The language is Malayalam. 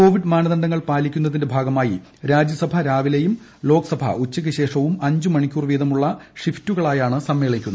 കോവിഡ് മാനദണ്ഡങ്ങൾ പാലിക്കുന്നതിന്റെ ഭാഗമായി രാജ്യസഭ രാവിലെയും ലോക്സഭ ഉച്ചയ്ക്ക്ശേഷവും അഞ്ച് മണിക്കൂർ വീതമുള്ള ഷിഫ്റ്റുകളായാണ് സമ്മേളിക്കുന്നത്